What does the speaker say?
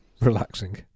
Relaxing